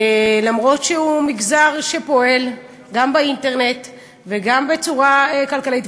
למרות שהוא מגזר שפועל גם באינטרנט וגם בצורה כלכלית,